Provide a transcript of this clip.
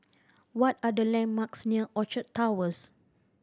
what are the landmarks near Orchard Towers